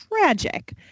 tragic